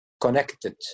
connected